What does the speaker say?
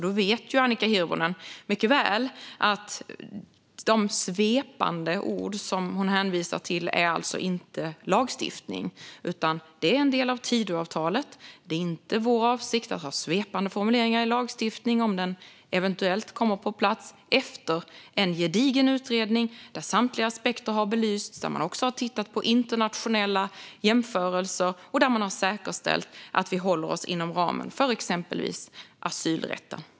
Då vet Annika Hirvonen mycket väl att de svepande ord som hon hänvisar till alltså inte är lagstiftning, utan de är en del av Tidöavtalet. Det är inte vår avsikt att ha svepande formuleringar i lagstiftningen om den eventuellt kommer på plats efter en gedigen utredning där samtliga aspekter har belysts och där man också har tittat på internationella jämförelser och där man har säkerställt att vi håller oss inom ramen för exempelvis asylrätten.